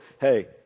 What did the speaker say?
Hey